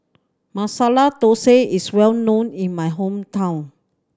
Masala Thosai is well known in my hometown